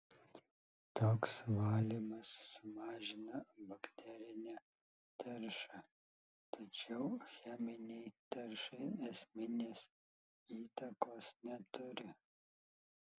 toks valymas sumažina bakterinę taršą tačiau cheminei taršai esminės įtakos neturi